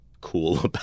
cool